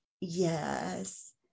Yes